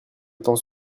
temps